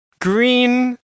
green